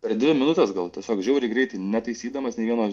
per dvi minutes gal tiesiog žiauriai greit netaisydamas nė vieno